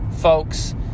folks